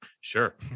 Sure